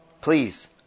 Please